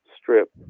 strip